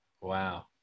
Wow